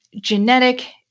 genetic